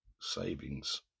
savings